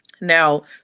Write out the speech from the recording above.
Now